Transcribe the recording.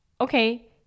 okay